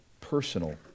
personal